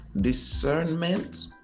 discernment